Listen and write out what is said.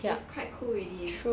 it's quite cool already eh